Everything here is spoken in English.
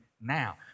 now